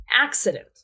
accident